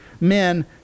men